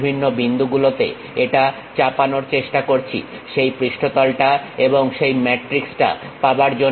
বিভিন্ন বিন্দু গুলোতে এটা চাপানোর চেষ্টা করছি সেই পৃষ্ঠতলটা এবং সেই ম্যাট্রিক্স টা পাবার জন্য